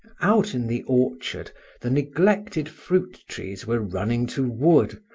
out in the orchard the neglected fruit-trees were running to wood,